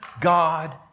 God